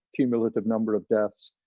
cumulative number of deaths,